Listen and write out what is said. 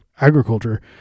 agriculture